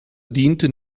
diente